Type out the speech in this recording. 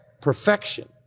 perfection